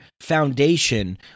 foundation